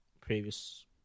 previous